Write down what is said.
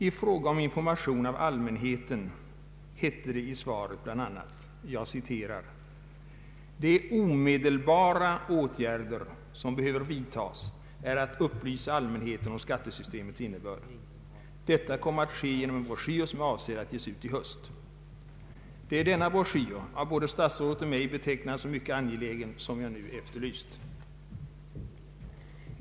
I fråga om information till allmänheten hette det i svaret bl.a.: ”De omedelbara åtgärder som behöver vidtas är att upplysa allmänheten om skattesystemets innebörd. Detta kommer att ske genom en broschyr som är avsedd att ges ut i höst.” Det är denna broschyr, av både statsrådet och mig betecknad såsom mycket angelägen, som jag nu har efterlyst.